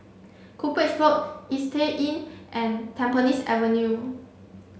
Cuppage Road Istay Inn and Tampines Avenue